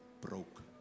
broke